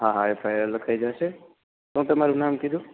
હા હા F I R લખાઈ જાસે શું તમારું નામ કીધું